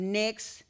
next